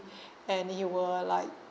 and he will like